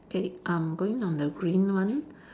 K I'm going on the green one